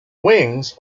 wings